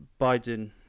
Biden